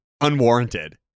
unwarranted